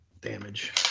damage